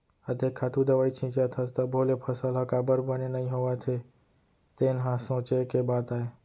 अतेक खातू दवई छींचत हस तभो ले फसल ह काबर बने नइ होवत हे तेन ह सोंचे के बात आय